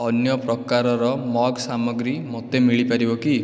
ଅନ୍ୟ ପ୍ରକାରର ମଗ୍ ସାମଗ୍ରୀ ମୋତେ ମିଳିପାରିବେ କି